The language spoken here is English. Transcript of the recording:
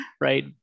right